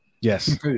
Yes